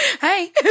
Hey